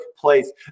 place